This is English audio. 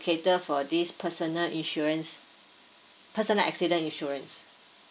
cater for this personal insurance personal accident insurance